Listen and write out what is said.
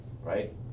Right